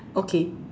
okay